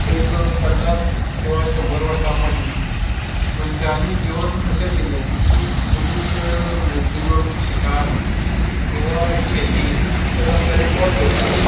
एक पन्नास किंवा शंबर वर्सांक फाटीं मनशाली जिवन अशें आशिल्लें की मनीस मेक्जिमम शिकार किंवा शेती हेतुनूत आपलें पोट भरतालो